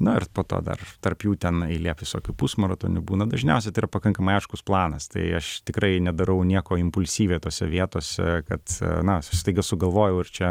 na ir po to dar tarp jų ten eilė visokių pusmaratonių būna dažniausiai tai yra pakankamai aiškus planas tai aš tikrai nedarau nieko impulsyviai tose vietose kad na staiga sugalvojau ir čia